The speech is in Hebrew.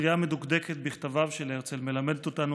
קריאה מדוקדקת בכתביו של הרצל מלמדת אותנו